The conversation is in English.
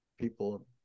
people